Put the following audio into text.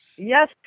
Yes